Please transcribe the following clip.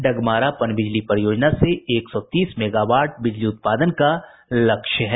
डगमारा पनबिजली परियोजना से एक सौ तीस मेगावाट बिजली उत्पादन का लक्ष्य है